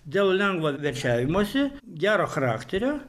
dėl lengvo veršiavimosi gero charakterio